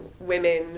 women